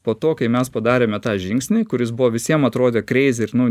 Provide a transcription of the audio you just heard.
po to kai mes padarėme tą žingsnį kuris buvo visiem atrodė kreizi ir nu